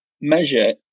measure